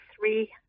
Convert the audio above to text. three